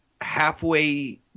halfway